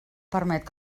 permet